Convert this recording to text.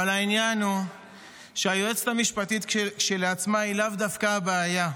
אבל העניין הוא שהיועצת המשפטית כשלעצמה היא לאו דווקא הבעיה,